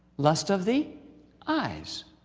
lust of the eyes.